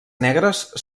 negres